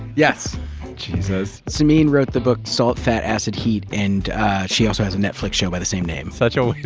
yes jesus. samin wrote the book salt fat acid heat and ah she so has a netflix show by the same name. such a